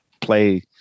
play